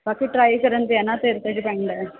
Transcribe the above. ਬਾਕੀ ਟਰਾਈ ਕਰਨ 'ਤੇ ਆ ਨਾ ਤੇਰੇ 'ਤੇ ਡਿਪੈਂਡ ਹੈ